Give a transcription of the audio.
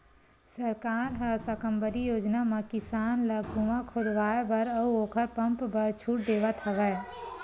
सरकार ह साकम्बरी योजना म किसान ल कुँआ खोदवाए बर अउ ओखर पंप बर छूट देवथ हवय